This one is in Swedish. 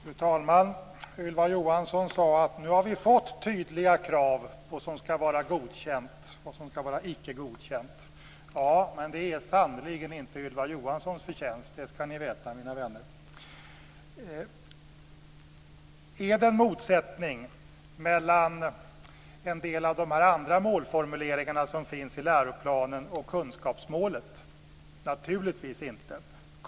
Fru talman! Ylva Johansson sade att vi har fått tydliga krav på vad som skall godkänt och icke godkänt. Ja, men det är sannerligen inte Ylva Johanssons förtjänst. Det skall ni veta, mina vänner. Är det en motsättning mellan en del av de andra målformuleringar som finns i läroplanen och kunskapsmålet? Naturligtvis inte.